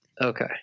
Okay